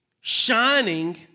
shining